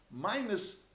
minus